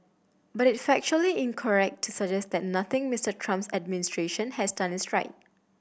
but it is factually incorrect to suggest that nothing Mister Trump's administration has done is right